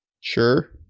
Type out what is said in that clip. sure